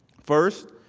first,